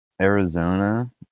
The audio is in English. Arizona